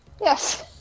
Yes